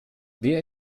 wer